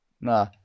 nah